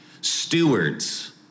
stewards